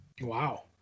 wow